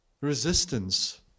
resistance